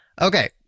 okay